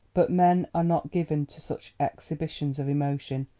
but men are not given to such exhibitions of emotion,